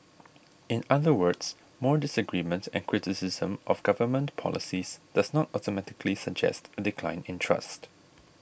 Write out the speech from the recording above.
in other words more disagreement and criticism of government policies does not automatically suggest a decline in trust